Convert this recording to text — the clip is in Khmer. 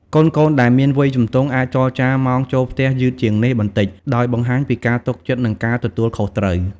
កូនៗដែលមានវ័យជំទង់អាចចរចាម៉ោងចូលផ្ទះយឺតជាងនេះបន្តិច ដោយបង្ហាញពីការទុកចិត្ត និងការទទួលខុសត្រូវ។